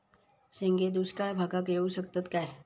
शेंगे दुष्काळ भागाक येऊ शकतत काय?